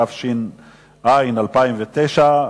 התש"ע 2009,